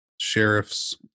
sheriff's